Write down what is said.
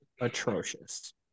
atrocious